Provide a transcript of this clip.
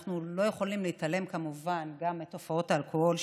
ואנחנו לא יכולים להתעלם כמובן גם מתופעת האלכוהול,